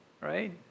right